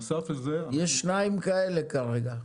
יש שניים כאלה כרגע.